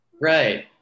right